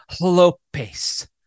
Lopez